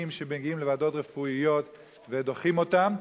שמגיעים לוועדות רפואיות ודוחים אותם,